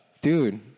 Dude